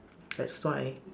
that's why